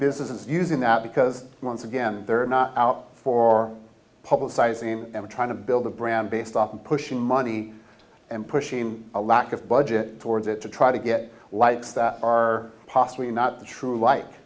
businesses using that because once again they're out for publicizing and trying to build a brand based off of pushing money and pushing a lack of budget towards it to try to get likes that are possibly not true like